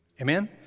Amen